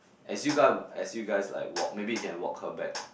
as you guy as you guys like walk maybe you can walk her back